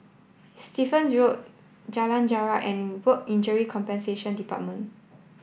Stevens Road Jalan Jarak and Work Injury Compensation Department